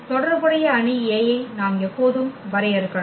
தொடர்புடைய அணி A ஐ நாம் எப்போதும் வரையறுக்கலாம்